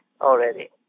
Already